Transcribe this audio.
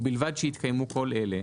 ובלבד שהתקיימו כל אלה,